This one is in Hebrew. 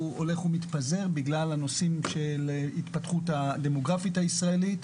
הוא הולך ומתפזר בגלל הנושאים של ההתפתחות הדמוגרפית הישראלית.